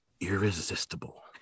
Irresistible